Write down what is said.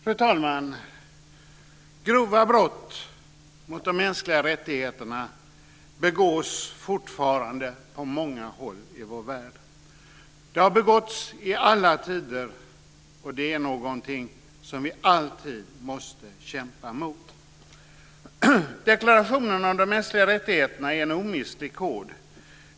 Fru talman! Grova brott mot de mänskliga rättigheterna begås fortfarande på många håll i vår värld. De har begåtts i alla tider, och det är någonting som vi alltid måste kämpa mot. Deklarationen om de mänskliga rättigheterna är en omistlig kod.